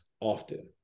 often